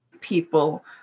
people